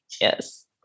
Yes